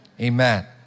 Amen